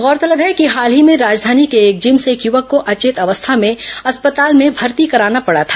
गौरतलब है कि हाल ही में राजधानी के एक जिम से एक युवक को अचेत अवस्था में अस्पताल में भर्ती कराना पड़ा था